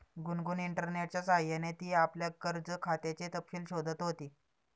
गुनगुन इंटरनेटच्या सह्याने ती आपल्या कर्ज खात्याचे तपशील शोधत होती